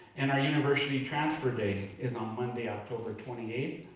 and our university transfer day is on monday october twenty eighth,